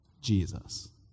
Jesus